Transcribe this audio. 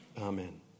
Amen